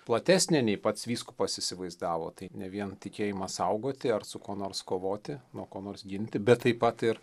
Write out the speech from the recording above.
platesnė nei pats vyskupas įsivaizdavo tai ne vien tikėjimą saugoti ar su kuo nors kovoti nuo ko nors ginti bet taip pat ir